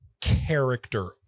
character